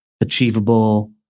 achievable